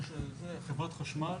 חברת החשמל.